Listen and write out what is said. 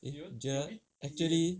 a bit actually